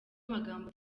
magambo